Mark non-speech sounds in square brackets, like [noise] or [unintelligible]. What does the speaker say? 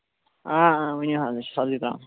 آ آ ؤنِو حظ [unintelligible]